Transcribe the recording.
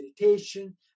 meditation